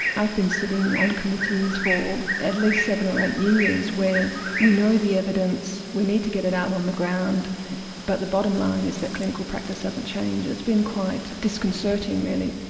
i've been sitting on committees for at least seven or eight years where we know the evidence, we need to get it out on the ground but the bottom line is that clinical practice doesn't change, it's been quite disconcerting really.